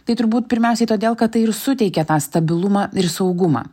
tai turbūt pirmiausiai todėl kad tai ir suteikia tą stabilumą ir saugumą